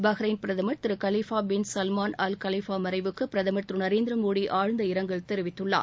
Bahrain பிரதமர் திரு Khalifa bin Salman Al Khalifa மறைவுக்கு பிரதமர் திரு நரேந்திர மோடி ஆழ்ந்த இரங்கல் தெரிவித்துள்ளார்